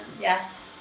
Yes